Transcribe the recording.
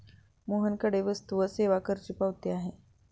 मोहनकडे वस्तू व सेवा करची पावती आहे